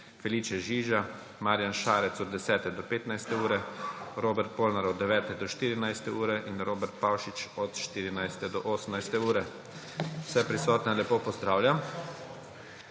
Felice Žiža, Marjan Šarec od 10. do 15. ure, Robert Polnar od 9. do 14. ure in Robert Pavšič od 14. do 18. ure. Vse prisotne lepo pozdravljam!